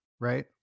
right